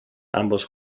ambos